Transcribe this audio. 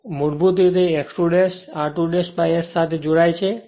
અને પછી આ મૂળભૂત રીતે x 2 r2 S સાથે જોડાય છે